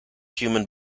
human